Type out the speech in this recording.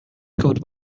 covered